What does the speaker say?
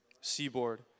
seaboard